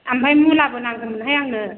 ओमफ्राय मुलाबो नांगौमोनहाय आंनो